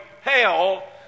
hell